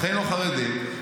אחינו החרדים,